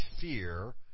fear